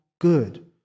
good